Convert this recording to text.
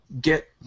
get